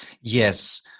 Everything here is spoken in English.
Yes